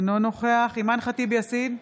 אינו נוכח אימאן ח'טיב יאסין,